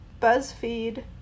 BuzzFeed